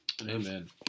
Amen